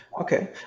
Okay